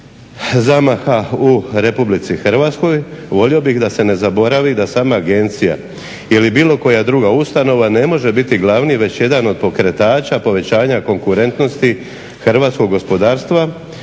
zamaha u Republici Hrvatskoj. Volio bih da se ne zaboravi da sama agencija ili bilo koja druga ustanova ne može biti glavni već jedan oda pokretača povećanja konkurentnosti hrvatskog gospodarstva,